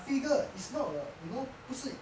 figure it's not uh you know 不是